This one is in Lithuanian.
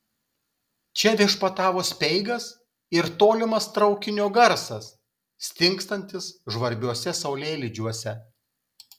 čia viešpatavo speigas ir tolimas traukinio garsas stingstantis žvarbiuose saulėlydžiuose